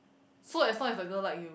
so as long as the girl like you